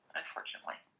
unfortunately